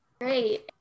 Great